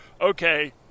okay